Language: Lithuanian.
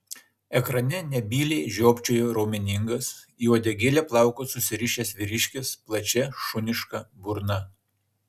ekrane nebyliai žiopčiojo raumeningas į uodegėlę plaukus susirišęs vyriškis plačia šuniška burna